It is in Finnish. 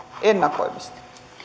ennakoivasti